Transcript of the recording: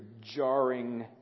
jarring